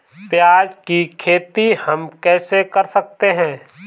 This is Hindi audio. प्याज की खेती हम कैसे कर सकते हैं?